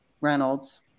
Reynolds